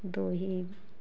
दो ही है